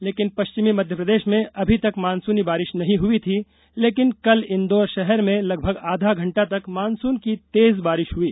लेकिन पश्चिमी मध्यप्रदेश में अभी तक मानसूनी बारिश नहीं हुई थी लेकिन कल इंदौर शहर में लगभग आधा घंटा मानसून की तेज बारिश हुई